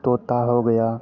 तोता हो गया